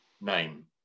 name